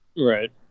Right